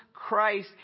Christ